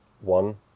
one